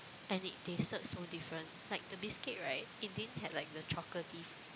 and it tasted so different like the biscuit right it didn't had like the chocolatey